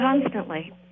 constantly